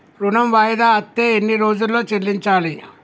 ఋణం వాయిదా అత్తే ఎన్ని రోజుల్లో చెల్లించాలి?